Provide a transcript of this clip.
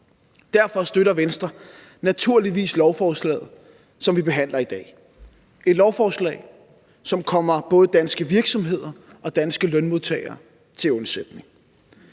Derfor støtter Venstre naturligvis lovforslaget, som vi behandler i dag – et lovforslag, som kommer både danske virksomheder og danske lønmodtagere til undsætning.